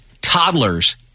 toddlers